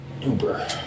Uber